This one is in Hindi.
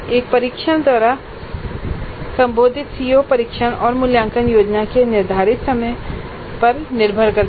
एक परीक्षण द्वारा संबोधित सीओ परीक्षण और मूल्यांकन योजना के निर्धारित समय पर निर्भर करते हैं